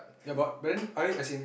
ya but but then I as in